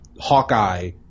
Hawkeye